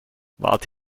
wart